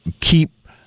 keep